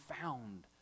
found